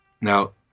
Now